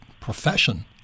profession